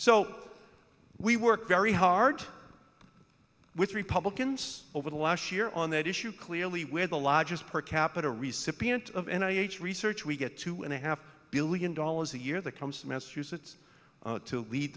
so we worked very hard with republicans over the last year on that issue clearly we're the largest per capita recipient of an age research we get two and a half billion dollars a year that comes to massachusetts to lead